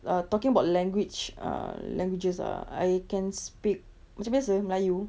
err talking about language err languages ah I can speak macam biasa melayu